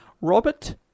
Robert